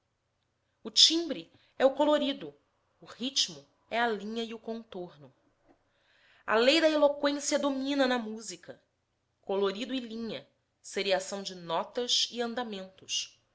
o timbre é o colorido o ritmo é a linha e o contorno a lei da eloqüência domina na música colorido e linha seriação de notas e andamentos